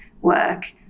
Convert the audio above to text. work